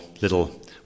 little